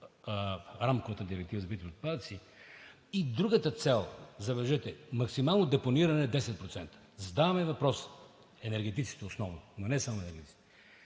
в Рамковата директива за битовите отпадъци. Другата цел, забележете, максимално депониране 10%. Задаваме въпроса, енергетиците основно, но не само енергетиците: